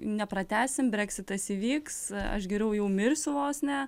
nepratęsim breksitas įvyks aš geriau jau mirsiu vos ne